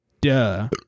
Duh